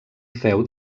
feu